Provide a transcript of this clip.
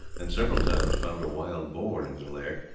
and several times found a wild boar in his lair,